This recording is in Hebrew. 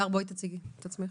הגר, תציגי את עצמך.